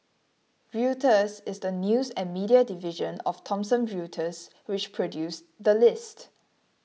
Reuters is the news and media division of Thomson Reuters which produced the list